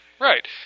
Right